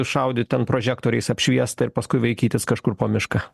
šaudyt ten prožektoriais apšviestą ir paskui vaikytis kažkur po mišką